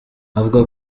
avuga